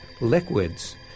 liquids